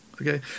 okay